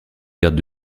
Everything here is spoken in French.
gardes